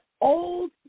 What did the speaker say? old